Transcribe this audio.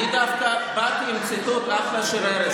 אני דווקא באתי עם ציטוט רק לשיר ערש,